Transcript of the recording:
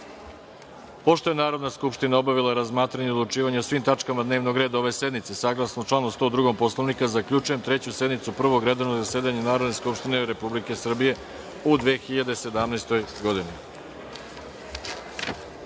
je Narodna skupština obavila razmatranje i odlučivanje o svim tačkama dnevnog reda ove sednice, saglasno članu 102. Poslovnika, zaključujem Treću sednicu Prvog redovnog zasedanja Narodne skupštine Republike Srbije u 2017. godini.